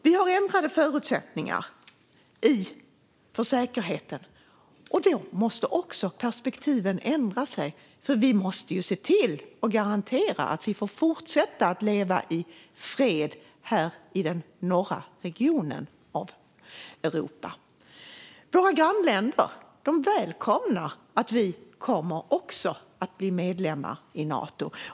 Vi har ändrade förutsättningar för säkerheten, och då måste också perspektiven ändra sig. Vi måste ju garantera att vi får fortsätta att leva i fred här i den norra regionen av Europa. Våra grannländer välkomnar att vi också kommer att bli medlemmar Nato.